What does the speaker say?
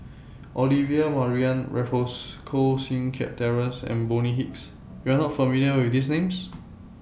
Olivia Mariamne Raffles Koh Seng Kiat Terence and Bonny Hicks YOU Are not familiar with These Names